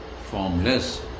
formless